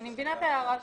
אני מבינה את ההערה שלך.